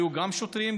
היו גם שוטרים,